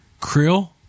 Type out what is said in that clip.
Krill